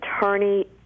attorney